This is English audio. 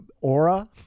Aura